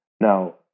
Now